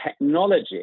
technology